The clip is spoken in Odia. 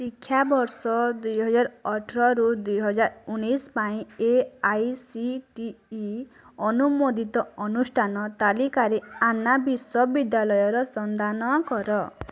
ଶିକ୍ଷାବର୍ଷ ଦୁଇହଜାର ଅଠରରୁ ଦୁଇହଜାର ଉଣେଇଶ ପାଇଁ A I C T E ଅନୁମୋଦିତ ଅନୁଷ୍ଠାନ ତାଲିକାରେ ଆନ୍ନା ବିଶ୍ୱବିଦ୍ୟାଳୟର ସନ୍ଧାନ କର